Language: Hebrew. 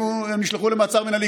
הם נשלחו למעצר מינהלי,